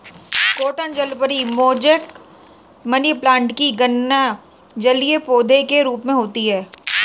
croton जलपरी, mosaic, money plant की भी गणना जलीय पौधे के रूप में होती है